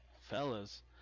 fellas